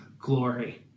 glory